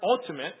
ultimate